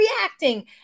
reacting